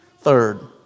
Third